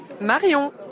Marion